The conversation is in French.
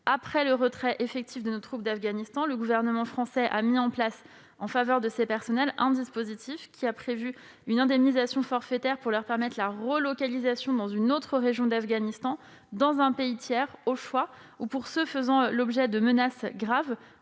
Après le retrait effectif de nos troupes d'Afghanistan, le gouvernement français a mis en place un dispositif en faveur de ces personnels. Il prévoit une indemnisation forfaitaire pour leur permettre la relocalisation dans une autre région d'Afghanistan, dans un pays tiers, au choix, ou pour ceux faisant l'objet de menaces graves,